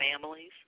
families